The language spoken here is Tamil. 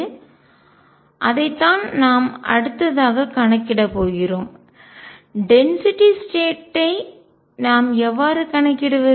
எனவே அதைத்தான் நாம் அடுத்ததாக கணக்கிடப் போகிறோம் டென்சிட்டி ஸ்டேட் ஐ அடர்த்தி நிலை நாம் எவ்வாறு கணக்கிடுவது